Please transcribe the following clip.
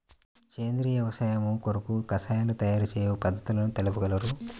సేంద్రియ వ్యవసాయము కొరకు కషాయాల తయారు చేయు పద్ధతులు తెలుపగలరు?